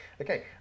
okay